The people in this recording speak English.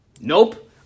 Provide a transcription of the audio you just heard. Nope